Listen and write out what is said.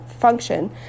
function